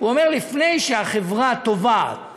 לפני שהחברה תובעת